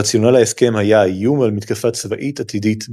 הרציונל להסכם היה האיום של מתקפה צבאית עתידית,